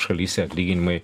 šalyse atlyginimai